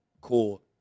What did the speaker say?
cool